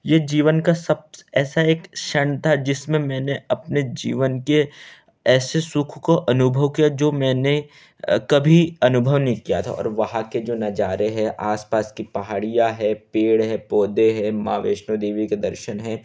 ये जीवन का सब्स ऐसा एक छण था जिसमें मैंने अपने जीवन के ऐसे सुख को अनुभव किया जो मैंने कभी अनुभव नहीं किया था और वहाँ के जो नजारे है आसपास के पहाड़िया हैं पेड़ हैं पौधे हैं माँ वैष्णों देवी के दर्शन है